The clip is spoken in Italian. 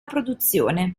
produzione